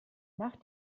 nach